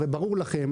הרי ברור לכם,